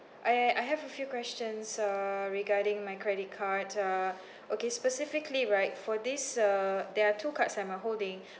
I I have a few questions uh regarding my credit card uh okay specifically right for this uh there are two cards I'm uh holding